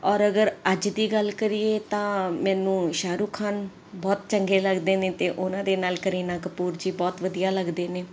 ਔਰ ਅਗਰ ਅੱਜ ਦੀ ਗੱਲ ਕਰੀਏ ਤਾਂ ਮੈਨੂੰ ਸ਼ਾਹਰੁਖ ਖਾਨ ਬਹੁਤ ਚੰਗੇ ਲੱਗਦੇ ਨੇ ਅਤੇ ਉਨ੍ਹਾਂ ਦੇ ਨਾਲ ਕਰੀਨਾ ਕਪੂਰ ਜੀ ਬਹੁਤ ਵਧੀਆ ਲੱਗਦੇ ਨੇ